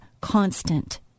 constant